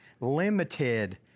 limited